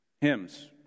Hymns